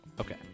Okay